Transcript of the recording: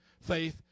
Faith